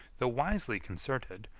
though wisely concerted,